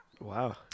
Wow